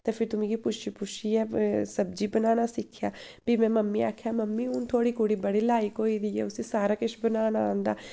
ते फिर तू मिगी पुच्छी पुच्छियै सब्जी बनाना सिक्खेआ भी में मम्मी गी आखेआ मम्मी हून थुआढ़ी कुड़ी बड़ी लायक होई दी ऐ हून उस्सी सारा कुछ बनाना औंदा ऐ